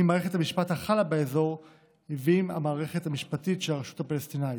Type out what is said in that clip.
עם מערכת המשפט החלה באזור ועם המערכת המשפטית של הרשות הפלסטינית.